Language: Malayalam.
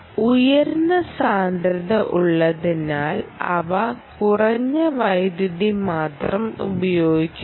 ഉയർന്ന സാന്ദ്രത ഉള്ളതിനാൽ അവ കുറഞ്ഞ വൈദ്യുതി മാത്രം ഉപയോഗിക്കുന്നു